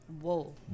whoa